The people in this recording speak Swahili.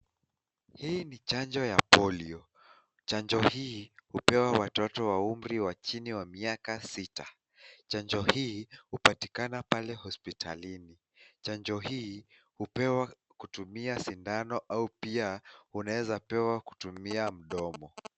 Hii ni chanjo ya Polio . Chanjo hii upewa watoto wa umri wa chini wa miaka sita. Chanjo hii upatikana pale hospitalini. Chanjo hii upewa kutumia sindano au pia unaeza pewa kutumia mdomo.